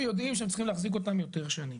יודעים שהם צריכים להחזיק אותם יותר שנים.